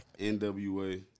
NWA